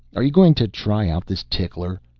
are you going to try out this tickler?